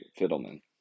Fiddleman